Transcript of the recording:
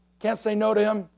can't say no to him.